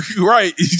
Right